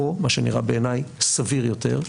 או מה שנראה בעיני סביר יותר,